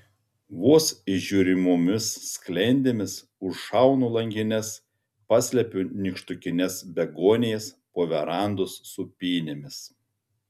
vos įžiūrimomis sklendėmis užšaunu langines paslepiu nykštukines begonijas po verandos sūpynėmis